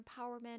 empowerment